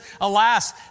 Alas